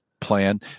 plan